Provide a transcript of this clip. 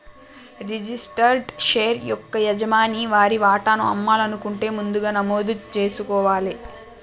registered share యొక్క యజమాని వారి వాటాను అమ్మాలనుకుంటే ముందుగా నమోదు జేసుకోవాలే